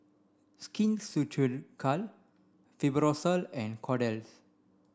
Skin Ceuticals Fibrosol and Kordel's